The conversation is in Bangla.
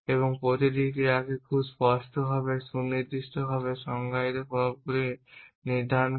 এবং প্রতিটি ক্রিয়াকে খুব স্পষ্টভাবে সুনির্দিষ্টভাবে সংজ্ঞায়িত প্রভাবগুলি নির্ধারণ করে